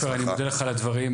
עופר אני מודה לך על הדברים,